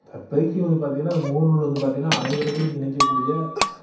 தற்போதைக்கு வந்து பார்த்தீங்கன்னா இந்த முகநூல் வந்து பார்த்தீங்கன்னா அனைவர்களையும் இணைக்கக்கூடிய